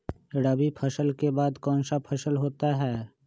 रवि फसल के बाद कौन सा फसल होता है?